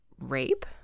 rape